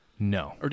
No